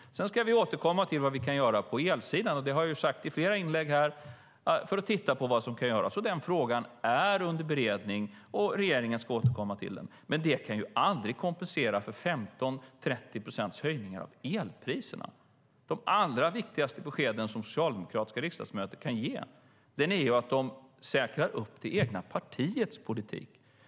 Vi ska återkomma till vad vi kan göra på elsidan - det har jag sagt i flera inlägg här. Vi ska titta på vad som kan göras. Den frågan är under beredning, och regeringen ska återkomma till den. Men det kan aldrig kompensera höjningar av elpriserna med 15-30 procent. Det allra viktigaste besked som socialdemokratiska riksdagsledamöter kan ge är att de säkrar det egna partiets politik.